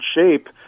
shape